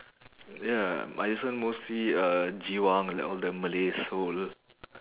ya my this one mostly uh giwang like all the malay soul